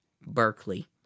Berkeley